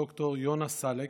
ד"ר יונה סאלק,